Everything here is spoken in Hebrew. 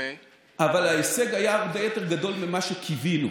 אבל ההישג היה הרבה יותר גדול ממה שקיווינו.